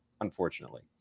unfortunately